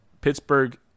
Pittsburgh